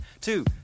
two